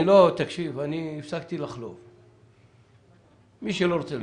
אני הפסקתי לחלוב, מי שלא רוצה להתייחס.